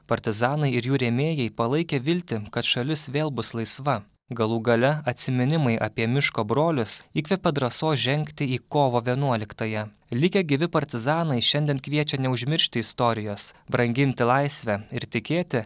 partizanai ir jų rėmėjai palaikė viltį kad šalis vėl bus laisva galų gale atsiminimai apie miško brolius įkvepia drąsos žengti į kovo vienuoliktąją likę gyvi partizanai šiandien kviečia neužmiršti istorijos branginti laisvę ir tikėti